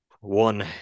one